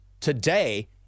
today